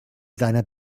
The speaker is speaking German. seiner